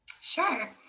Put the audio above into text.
Sure